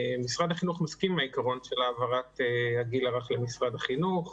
משרד החינוך מסכים עם העיקרון של העברת הגיל הרך למשרד החינוך,